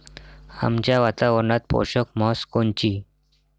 आमच्या वातावरनात पोषक म्हस कोनची?